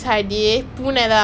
oh ya you've never been there is it